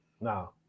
No